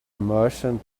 merchant